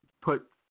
Put